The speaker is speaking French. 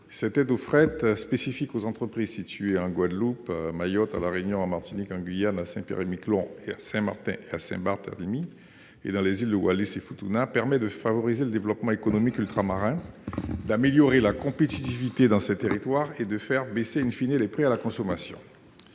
Cette aide spécifique aux entreprises situées en Guadeloupe, à Mayotte, à La Réunion, en Martinique, en Guyane, à Saint-Pierre-et-Miquelon, à Saint-Martin, à Saint-Barthélemy et dans les îles de Wallis et Futuna, permet de favoriser le développement économique ultramarin, d'améliorer la compétitivité dans ces territoires et de faire baisser les prix à la consommation.